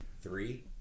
three